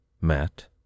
Matt